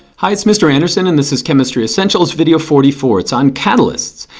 hi. it's mr. andersen and this is chemistry essentials video forty four. it's on catalysts.